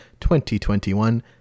2021